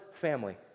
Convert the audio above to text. family